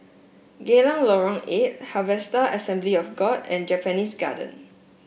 Geylang Lorong Eight Harvester Assembly of God and Japanese Garden